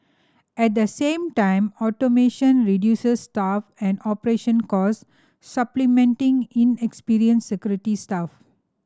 at the same time automation reduces staff and operating cost supplementing inexperienced security staff